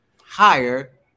higher